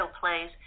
plays